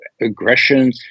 aggression